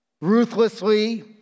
ruthlessly